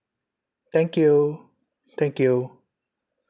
thank you thank you